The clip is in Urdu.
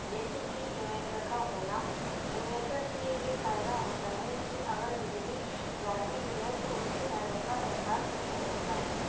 جیسے کہ انویٹر کا ہونا انویٹر سے یہ فائدہ ہوتا ہے کہ اگر بجلی جاتی بھی ہے تو وہ اس کے جانے کا احساس نہیں ہوتا ہے